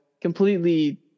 completely